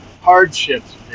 hardships